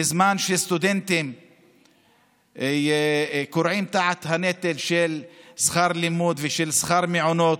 בזמן שסטודנטים כורעים תחת הנטל של שכר הלימוד ושל שכר המעונות,